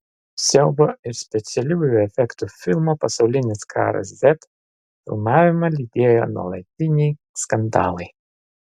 siaubo ir specialiųjų efektų filmo pasaulinis karas z filmavimą lydėjo nuolatiniai skandalai